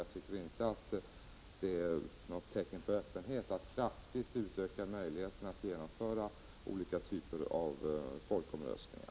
Jag tycker dock inte att det är något tecken på öppenhet att man kraftigt vill utöka möjligheterna att genomföra olika typer av folkomröstningar.